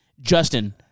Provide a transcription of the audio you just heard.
Justin